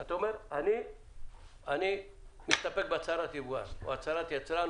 אתה אומר: אני משתפר בהצהרת יבואן או הצהרת יצרן,